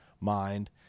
mind